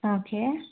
okay